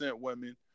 women